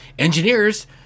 engineers